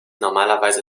normalerweise